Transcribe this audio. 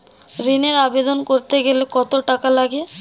ঋণের আবেদন করতে গেলে কত টাকা লাগে?